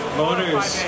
motors